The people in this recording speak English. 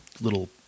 little